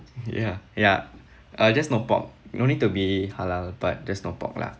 ya ya uh just no pork no need to be halal but just no pork lah